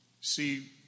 See